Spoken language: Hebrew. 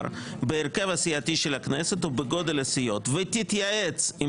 בהרכב הסיעתי של הכנסת ובגודל הסיעות ותתייעץ עם